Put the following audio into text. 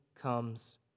comes